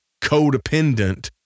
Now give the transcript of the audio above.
codependent